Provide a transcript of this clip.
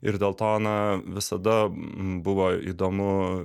ir dėl to na visada buvo įdomu